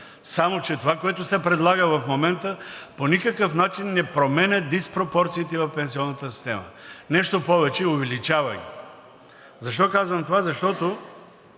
Само че това, което се предлага в момента, по никакъв начин не променя диспропорциите в пенсионната система, нещо повече – увеличава ги. Защо казвам това? Защото